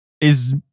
is-